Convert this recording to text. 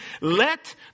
Let